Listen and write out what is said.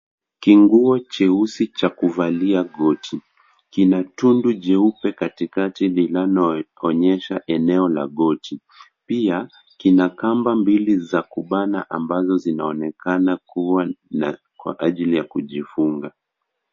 Kinguo cheusi cha kuvalia goti. Ina tundu jeupe katikati inayoonyesha eneo la goti. Pia kina kamba mbili za kubana ambazo zinaonekana kuwa kwa ajili ya kujifunga.